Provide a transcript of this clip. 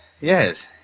Yes